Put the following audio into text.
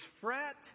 fret